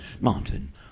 Martin